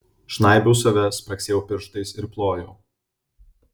žnaibiau save spragsėjau pirštais ir plojau